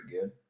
good